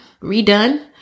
redone